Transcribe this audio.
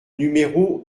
numéro